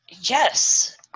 Yes